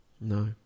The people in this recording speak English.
No